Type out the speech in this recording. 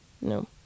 no